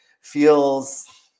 feels